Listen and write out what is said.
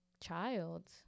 child